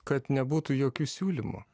kad nebūtų jokių siūlymų